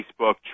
Facebook